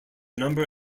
number